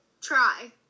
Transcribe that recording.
Try